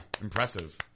impressive